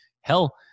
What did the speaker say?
Hell